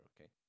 okay